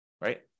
right